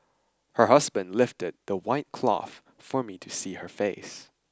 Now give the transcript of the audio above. her husband lifted the white cloth for me to see her face